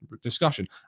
discussion